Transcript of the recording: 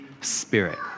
Spirit